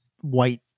white